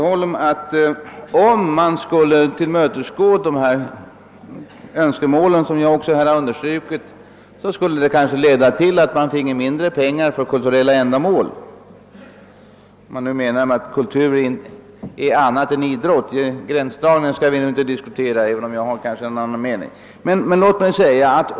Om man skulle tillmötesgå dessa önskemål, säger herr Lindholm, skulle det kanske leda till att man finge mindre pengar till förfogande för kulturella ändamål — om man nu menar att kultur är något annat än idrott. Här gäller det en gränsdragning, och denna skall vi inte diskutera.